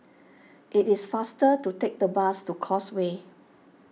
it is faster to take the bus to Causeway